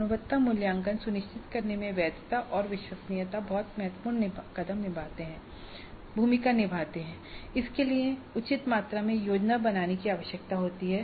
गुणवत्ता मूल्यांकन सुनिश्चित करने में वैधता और विश्वसनीयता बहुत महत्वपूर्ण भूमिका निभाती है और इसके लिए उचित मात्रा में योजना बनाने की आवश्यकता होती है